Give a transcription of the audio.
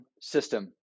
system